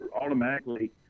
automatically